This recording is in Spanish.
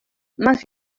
más